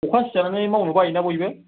अखा सिजानानै मावनो बायोना बयबो